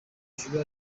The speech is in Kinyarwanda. ijuru